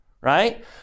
right